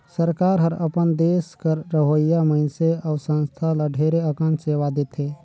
सरकार हर अपन देस कर रहोइया मइनसे अउ संस्था ल ढेरे अकन सेवा देथे